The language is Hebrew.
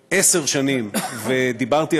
מבינה, וברור לי,